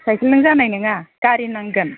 साइकेलजों जानाय नङा गारि नांगोन